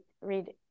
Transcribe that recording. read